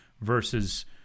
versus